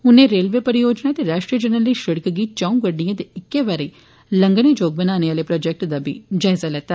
उनें रेलवे परियोजना ते राश्ट्रीय जरनैली षिड़क गी च'ऊं गड़िडएं दे इक्के बारी लंगने योग बनाने आले प्रोजेक्टे दा बी जायज़ा लैता